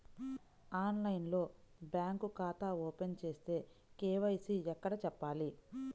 ఆన్లైన్లో బ్యాంకు ఖాతా ఓపెన్ చేస్తే, కే.వై.సి ఎక్కడ చెప్పాలి?